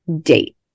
date